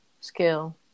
skill